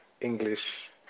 English